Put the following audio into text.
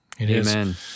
Amen